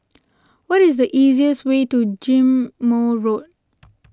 what is the easiest way to Ghim Moh Road